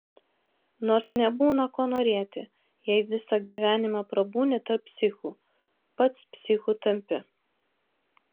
nors nebūna ko norėti jei visą gyvenimą prabūni tarp psichų pats psichu tampi